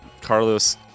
Carlos